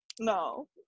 No